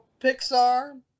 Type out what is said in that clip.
Pixar